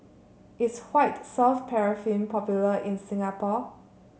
is White Soft Paraffin popular in Singapore